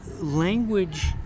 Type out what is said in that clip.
language